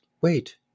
wait